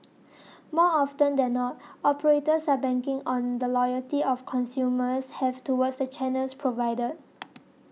more often than not operators are banking on the loyalty of consumers have towards the channels provided